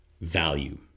value